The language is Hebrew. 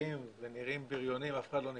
שמלכלכים ונראים בריונים, אף אחד לא ניגש.